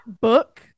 book